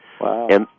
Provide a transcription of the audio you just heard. Wow